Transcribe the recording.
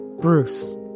Bruce